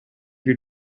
your